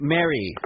Mary